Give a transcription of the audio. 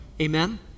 Amen